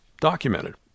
documented